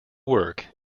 work